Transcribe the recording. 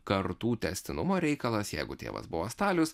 kartų tęstinumo reikalas jeigu tėvas buvo stalius